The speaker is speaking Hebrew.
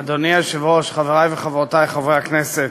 אדוני היושב-ראש, חברי וחברותי חברי הכנסת,